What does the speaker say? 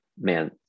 man